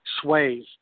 sways